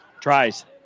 tries